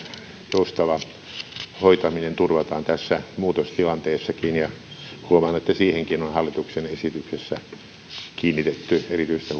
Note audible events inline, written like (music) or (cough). joustava hoitaminen turvataan tässä muutostilanteessakin ja huomaan että siihenkin on hallituksen esityksessä kiinnitetty erityistä (unintelligible)